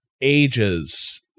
ages